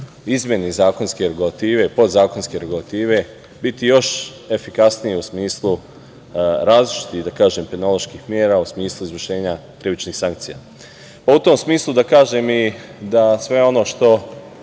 izmeni zakonske regulative, podzakonske regulative, biti još efikasnije u smislu različitih penoloških mera u smislu izvršenja krivičnih sankcija.U tom smislu, da kažem i da sve ono što